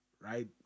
right